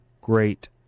great